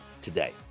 today